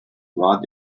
raw